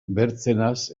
bertzenaz